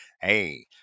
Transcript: Hey